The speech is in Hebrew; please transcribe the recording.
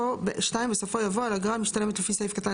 (2) בסופו יבוא "על אגרה המשתלמת לפי סעיף קטן